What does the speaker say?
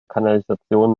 kanalisation